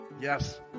Yes